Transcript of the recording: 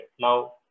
Now